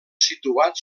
situat